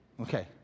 Okay